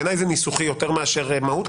בעיניי זה ניסוחי יותר מאשר מהות.